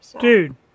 Dude